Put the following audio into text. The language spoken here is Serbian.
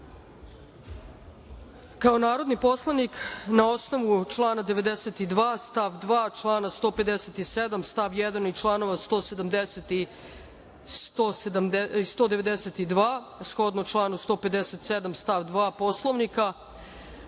narodni poslanik, na osnovu člana 92. stav 2, člana 157. stav 1. i članova 192, a shodno članu 157. stav 2. Poslovnika,